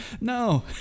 No